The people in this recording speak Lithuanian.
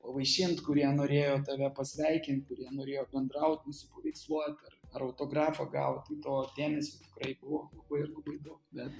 pavaišint kurie norėjo tave pasveikint kurie norėjo bendraut nusipaveiksluot ar ar autografą gaut tai to dėmesio tikrai buvo buvo ir labai daug net